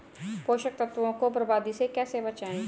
पोषक तत्वों को बर्बादी से कैसे बचाएं?